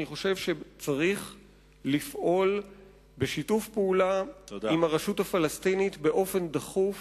אני חושב שצריך לפעול בשיתוף פעולה עם הרשות הפלסטינית באופן דחוף